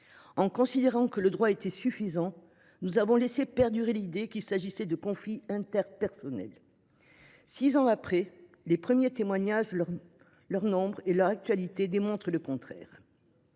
En considérant que le droit était suffisant, nous avons laissé perdurer l’idée qu’il s’agissait de conflits interpersonnels. Six ans après, les premiers témoignages, leur nombre et leur actualité démontrent le contraire.